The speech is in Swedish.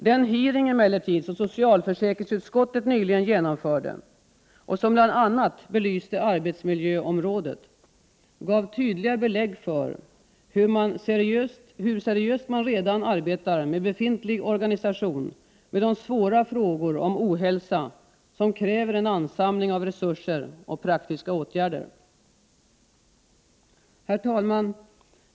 Den hearing som socialförsäkringsutskottet nyligen genomförde och som bl.a. belyste arbetsmiljöområdet gav emellertid tydliga belägg för hur seriöst man redan med befintlig organisation arbetar med de svåra frågor om ohälsa som kräver en ansamling av resurser och praktiska åtgärder. Herr talman!